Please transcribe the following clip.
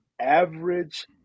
average